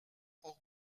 hors